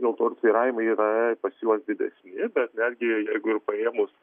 dėl to svyravimai yra pas juos didesni bet vėlgi jeigu paėmus